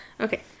Okay